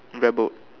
rebelled